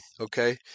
Okay